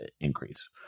increase